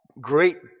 great